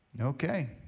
Okay